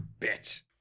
bitch